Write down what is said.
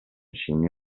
scimmie